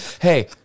Hey